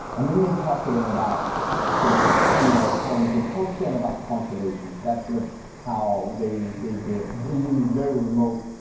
and then they talk to them about sort of you know polynesian culture and about conservation, so that's sort of how they they do it in these very remote,